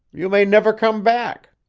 you may never come back.